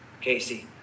Casey